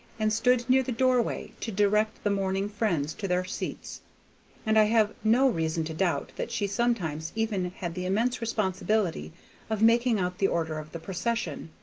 and stood near the doorway to direct the mourning friends to their seats and i have no reason to doubt that she sometimes even had the immense responsibility of making out the order of the procession,